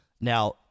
Now